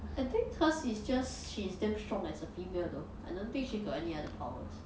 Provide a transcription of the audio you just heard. I think hers is just she's damn strong as a female though I don't think she got any other powers